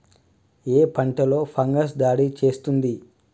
ఏ పంటలో ఫంగస్ దాడి చేస్తుంది?